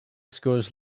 schools